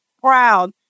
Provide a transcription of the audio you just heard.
proud